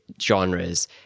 genres